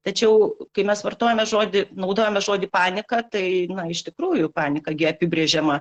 tačiau kai mes vartojame žodį naudojame žodį panika tai iš tikrųjų panika gi apibrėžiama